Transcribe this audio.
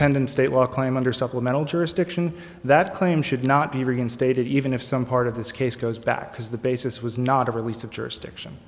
pending state law claim under supplemental jurisdiction that claim should not be reinstated even if some part of this case goes back because the basis was not of release of jurisdiction